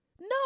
No